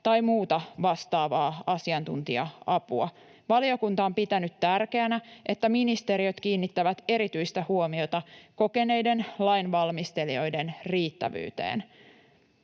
tai muuta vastaavaa asiantuntija-apua. Valiokunta on pitänyt tärkeänä, että ministeriöt kiinnittävät erityistä huomiota kokeneiden lainvalmistelijoiden riittävyyteen.